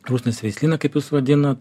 rusnės veislyną kaip jūs vadinat